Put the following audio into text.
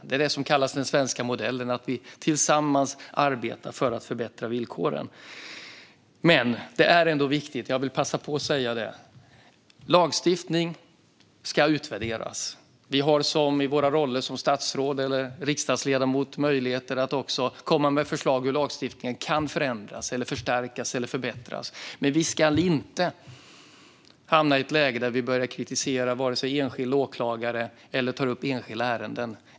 Det är det som kallas den svenska modellen - att vi tillsammans arbetar för att förbättra villkoren. Men det är ändå viktigt att lagstiftning utvärderas. Vi har i våra roller som statsråd eller riksdagsledamot möjligheter att komma med förslag till hur lagstiftningen kan förändras, förstärkas eller förbättras. Men vi ska inte hamna i ett läge där vi börjar kritisera enskilda åklagare eller ta upp enskilda ärenden.